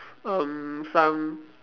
um some